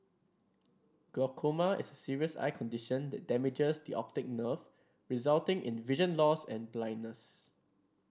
glaucoma is a serious eye condition that damages the optic nerve resulting in vision loss and blindness